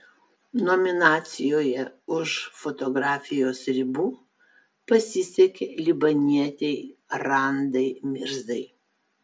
nominacijoje už fotografijos ribų pasisekė libanietei randai mirzai